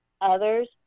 Others